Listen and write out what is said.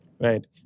Right